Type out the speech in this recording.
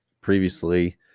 previously